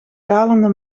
kalende